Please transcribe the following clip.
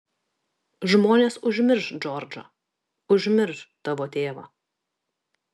žmonės užmirš džordžą užmirš tavo tėvą